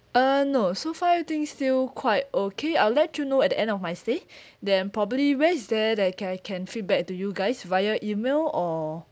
uh no so far I think still quite okay I'll let you know at the end of my stay then probably where's there that I can I can feedback to you guys via email or